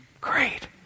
Great